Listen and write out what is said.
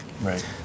Right